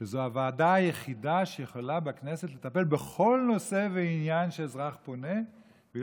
שזו הוועדה היחידה שיכולה בכנסת לטפל בכל נושא ועניין שאזרח פונה בו,